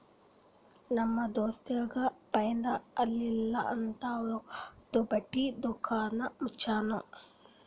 ನಮ್ ದೋಸ್ತಗ್ ಫೈದಾ ಆಲಿಲ್ಲ ಅಂತ್ ಅವಂದು ಬಟ್ಟಿ ದುಕಾನ್ ಮುಚ್ಚನೂ